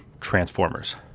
Transformers